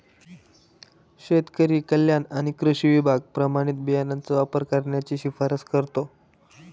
शेतकरी कल्याण आणि कृषी विभाग प्रमाणित बियाणांचा वापर करण्याची शिफारस करतो